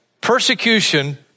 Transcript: persecution